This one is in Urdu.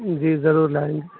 جی ضرور لائیں گے